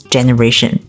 Generation